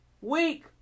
week